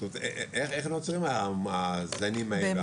איך נוצרים הזנים האלה.